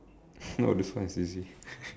oh this one is easy